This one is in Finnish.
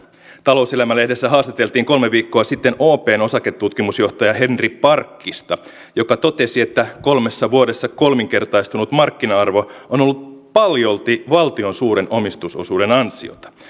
talouselämä lehdessä haastateltiin kolme viikkoa sitten opn osaketutkimusjohtaja henri parkkista joka totesi että kolmessa vuodessa kolminkertaistunut markkina arvo on ollut paljolti valtion suuren omistusosuuden ansiota